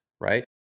right